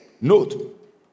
Note